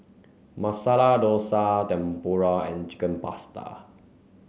Masala Dosa Tempura and Chicken Pasta